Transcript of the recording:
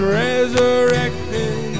resurrected